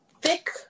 thick